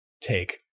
take